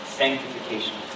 sanctification